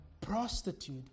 prostitute